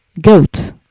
goat